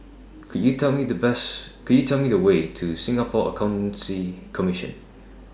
Could YOU Tell Me The Bus Could YOU Tell Me The Way to Singapore Accountancy Commission